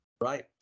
Right